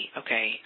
okay